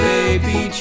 Baby